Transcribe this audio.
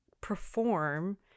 perform